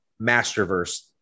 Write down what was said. Masterverse